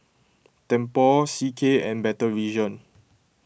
Tempur C K and Better Vision